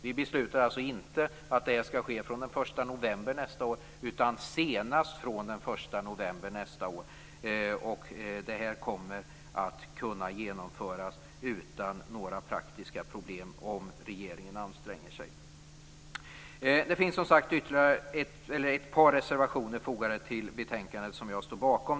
Vi beslutar alltså inte att det skall gälla från den 1 november nästa år, utan att det skall gälla senast från den 1 november nästa år. Det kommer att kunna genomföras utan några praktiska problem om regeringen anstränger sig. Det finns som sagt ett par reservationer fogade till betänkandet som jag står bakom.